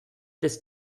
this